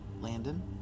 Landon